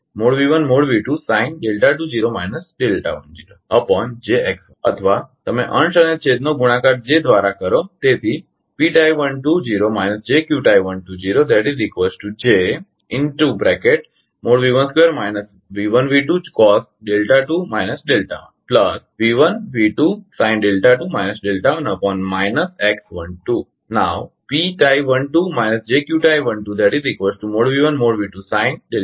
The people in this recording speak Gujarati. અથવા તમે અંશ અને છેદ નો j દ્વારા ગુણાકાર કરો